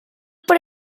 por